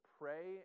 pray